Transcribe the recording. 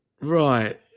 right